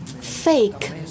fake